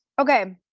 Okay